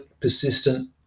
persistent